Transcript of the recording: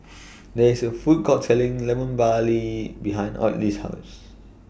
There IS A Food Court Selling Lemon Barley behind Ottilie's House